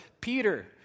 Peter